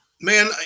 Man